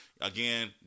Again